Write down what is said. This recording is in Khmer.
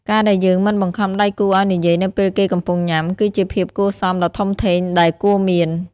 ការដែលយើងមិនបង្ខំដៃគូឱ្យនិយាយនៅពេលគេកំពុងញ៉ាំ គឺជាភាពគួរសមដ៏ធំធេងដែលគួរមាន។